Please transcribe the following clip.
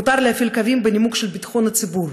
מותר להפעיל קווים בנימוק של ביטחון הציבור.